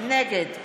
נגד